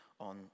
On